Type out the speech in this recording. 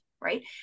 right